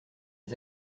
les